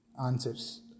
answers